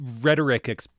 rhetoric